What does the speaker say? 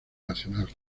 nacional